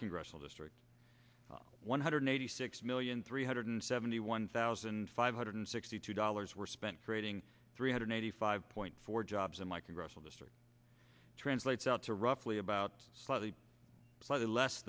congressional district one hundred eighty six million three hundred seventy one thousand five hundred sixty two dollars were spent creating three hundred eighty five point four jobs in my congressional district translates out to roughly about slightly slightly less